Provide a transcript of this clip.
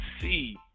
see